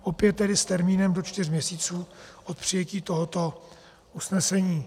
Opět tedy s termínem do čtyř měsíců od přijetí tohoto usnesení.